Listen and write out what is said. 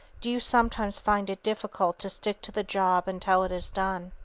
do you sometimes find it difficult to stick to the job until it is done?